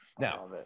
Now